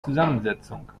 zusammensetzung